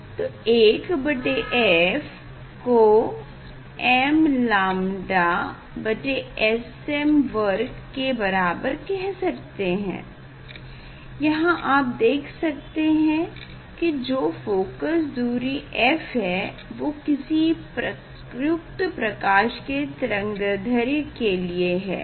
1 बटे f को m lambda बटे Sm वर्ग के बराबर कह सकते हैं यहाँ आप देख सकते हैं की जो फोकस दूरी f है वो किसी प्रयुक्त प्रकाश के तरंगदैढ्र्य के लिए है